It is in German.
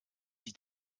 sich